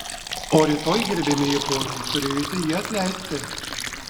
o rytoj gerbiami ponai turėjote jį atleisti